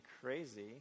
crazy